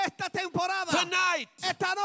tonight